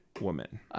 woman